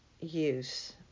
use